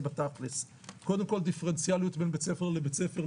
בתכלס: קודם כל דיפרנציאליות בין בית ספר לבית ספר,